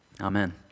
amen